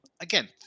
again